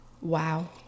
Wow